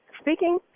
Speaking